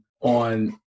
on